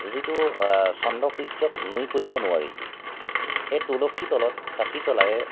যিটো চন্দ্ৰ সূৰ্যক নুই কৰিব নোৱাৰি এই তুলসীৰ তলত চাকি জ্বলাই